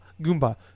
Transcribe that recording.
Goomba